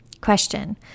Question